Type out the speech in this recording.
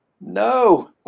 No